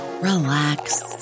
relax